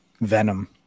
venom